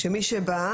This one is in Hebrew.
שמי שבא,